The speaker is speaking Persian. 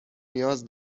نیاز